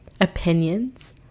opinions